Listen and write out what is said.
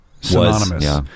synonymous